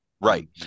Right